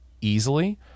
easily